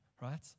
right